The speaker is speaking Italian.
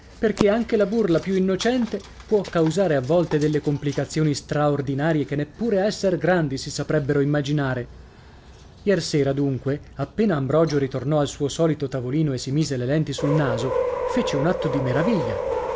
perché anche la burla più innocente può causare a volte delle complicazioni straordinarie che neppure a esser grandi si saprebbero immaginare iersera dunque appena ambrogio ritornò al suo solito tavolino e si mise le lenti sul naso fece un atto di meraviglia